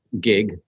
gig